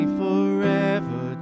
forever